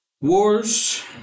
wars